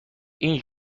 این